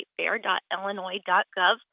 statefair.illinois.gov